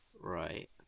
Right